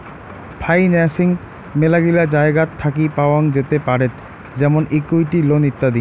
financing মেলাগিলা জায়গাত থাকি পাওয়াঙ যেতে পারেত যেমন ইকুইটি, লোন ইত্যাদি